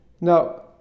Now